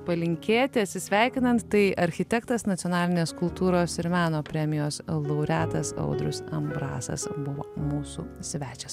palinkėti atsisveikinant tai architektas nacionalinės kultūros ir meno premijos laureatas audrius ambrasas buvo mūsų svečias